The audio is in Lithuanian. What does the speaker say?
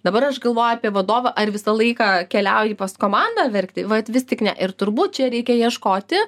dabar aš galvoju apie vadovą ar visą laiką keliauji pas komandą verkti vat vis tik ne ir turbūt čia reikia ieškoti